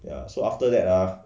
ya so after that ah